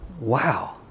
wow